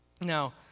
Now